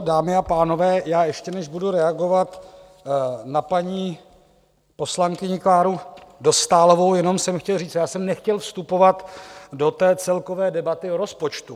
Dámy a pánové, ještě než budu reagovat na paní poslankyni Kláru Dostálovou, jenom jsem chtěl říct, já jsem nechtěl vstupovat do té celkové debaty o rozpočtu.